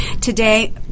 Today